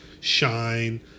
shine